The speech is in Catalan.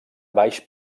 baix